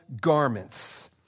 garments